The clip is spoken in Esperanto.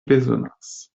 bezonas